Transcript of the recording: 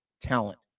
talent